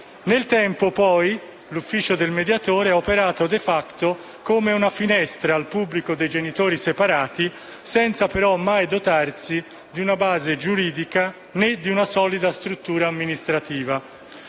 Nel tempo l'ufficio del mediatore ha operato *de facto* come una finestra aperta al pubblico dei genitori separati, senza però mai dotarsi di una base giuridica, né di una solida struttura amministrativa.